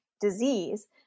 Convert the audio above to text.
disease